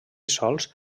sols